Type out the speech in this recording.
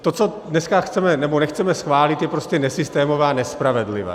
To, co dneska chceme, nebo nechceme schválit, je prostě nesystémové a nespravedlivé.